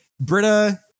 Britta